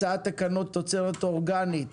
הצעת תקנות תוצרת אורגנית